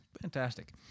Fantastic